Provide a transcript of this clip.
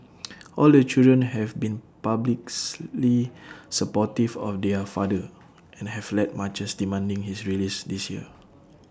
all the children have been publics lee supportive of their father and have led marches demanding his release this year